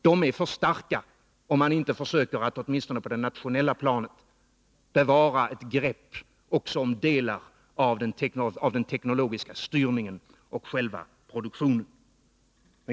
De blir för starka, om man inte åtminstone på det nationella planet försöker bevara ett grepp också om delar av den teknologiska styrningen och själva produktionen.